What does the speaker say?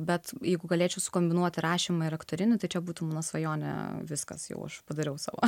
bet jeigu galėčiau sukombinuot rašymą ir aktorinį tačiau būtų mano svajonę viskas jau aš padariau sau